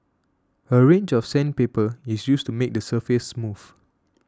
a range of sandpaper is used to make the surface smooth